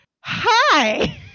Hi